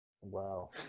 Wow